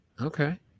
Okay